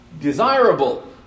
desirable